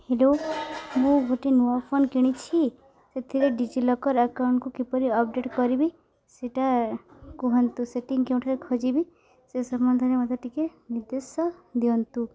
hello ମୁଁ ଗୋଟେ ନୂଆ ଫୋନ କିଣିଛି ସେଥିରେ ଡିଜିଲକର ଆକାଉଣ୍ଟକୁ କିପରି ଅପଡ଼େଟ୍ କରିବି ସେଇଟା କୁହନ୍ତୁ ସେଟିଂ କେଉଁଠାରେ ଖୋଜିବି ସେ ସମ୍ବନ୍ଧରେ ମୋତେ ଟିକେ ନିର୍ଦ୍ଦେଶ ଦିଅନ୍ତୁ